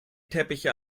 teppiche